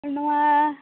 ᱱᱚᱣᱟᱸ